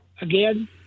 again